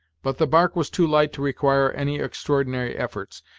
but the bark was too light to require any extraordinary efforts,